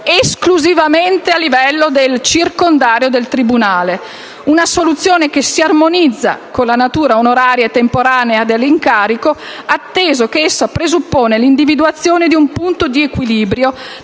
esclusivamente a livello del circondario del tribunale. Si tratta di una soluzione che si armonizza con la natura onoraria e temporanea dell'incarico, atteso che essa presuppone l'individuazione di un punto di equilibrio